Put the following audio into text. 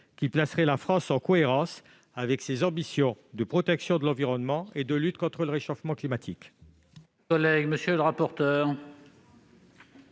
qui placerait la France en cohérence avec ses ambitions de protection de l'environnement et de lutte contre le réchauffement climatique.